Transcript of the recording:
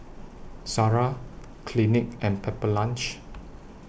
Zara Clinique and Pepper Lunch